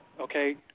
okay